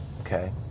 Okay